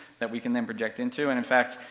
that we can then project into and in fact,